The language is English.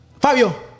Fabio